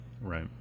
right